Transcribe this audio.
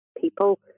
people